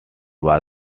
was